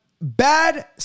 bad